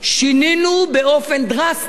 שינינו באופן דרסטי